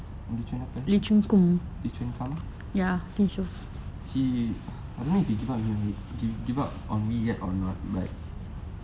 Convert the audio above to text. lee chuan apa eh lee chuan come here ah I don't know if give up he give up on me yet or not but